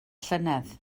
llynedd